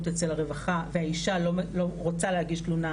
אצל הרווחה והאישה לא רוצה להגיש תלונה,